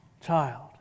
child